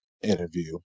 Interview